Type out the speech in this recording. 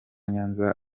nyanza